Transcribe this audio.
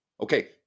okay